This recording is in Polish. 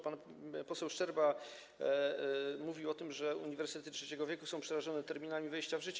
Pan poseł Szczerba mówił o tym, że uniwersytety trzeciego wieku są przerażone terminami wejścia w życie.